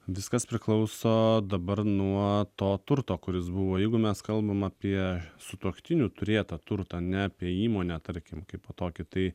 viskas priklauso dabar nuo to turto kuris buvo jeigu mes kalbam apie sutuoktinių turėtą turtą ne apie įmonę tarkim kaipo tokį tai